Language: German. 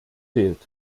fehlt